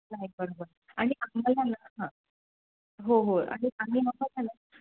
नाही बरोबर आणि आम्हाला ना हां हो हो आणि आम्ही नको सांगितलं ना